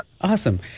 Awesome